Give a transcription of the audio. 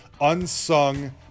unsung